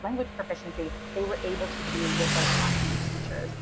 language proficiency, they were able to do with their classroom teachers.